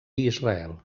israel